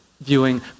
viewing